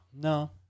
No